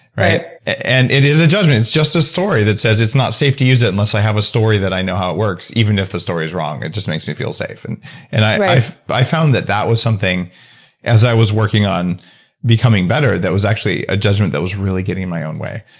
right? and it is a judgment it's just a story that says it's not safe to use it unless i have a story that i know how it works, even if the story's wrong it just makes me feel safe. and and i i found that that was something as i was working on becoming better that was actually a judgment that was really getting in my own way.